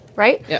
Right